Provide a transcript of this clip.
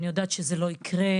אני יודעת שזה לא יקרה.